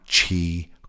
chi